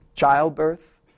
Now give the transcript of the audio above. Childbirth